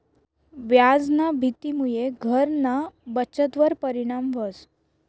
व्याजना भीतीमुये घरना बचतवर परिणाम व्हस